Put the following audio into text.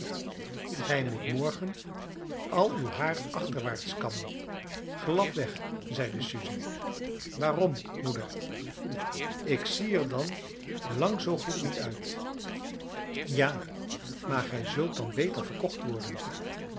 gij moet morgen al uw haar achterwaarts kammen gladweg zeide suze waarom moeder ik zie er dan lang zoo goed niet uit ja maar gij zult dan beter verkocht worden